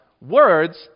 words